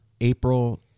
April